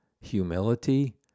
Humility